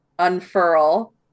unfurl